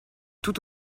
tout